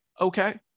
Okay